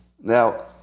Now